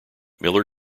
miller